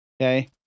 Okay